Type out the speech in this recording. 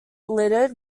littered